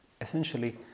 essentially